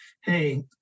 Hey